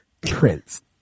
Prince